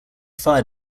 fire